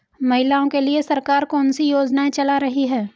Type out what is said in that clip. महिलाओं के लिए सरकार कौन सी योजनाएं चला रही है?